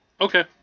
Okay